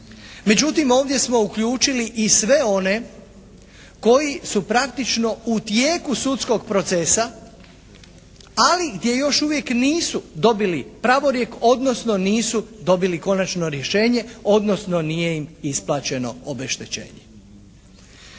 Međutim ovdje smo uključili i sve one koji su praktično u tijeku sudskog procesa, ali gdje još uvijek nisu dobili pravorijek, odnosno nisu dobili konačno rješenje, odnosno nije im isplaćeno obeštećenje.